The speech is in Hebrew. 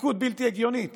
פיקוד בלתי הגיונית